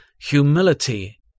humility